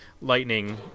lightning